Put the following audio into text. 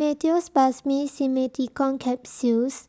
Meteospasmyl Simeticone Capsules